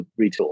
retool